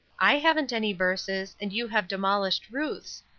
i haven't any verses, and you have demolished ruth's.